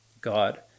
God